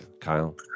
Kyle